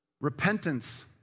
Repentance